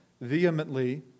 vehemently